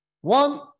One